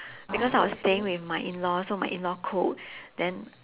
because I was staying with my in law so my in law cook then